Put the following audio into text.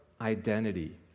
identity